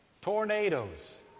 tornadoes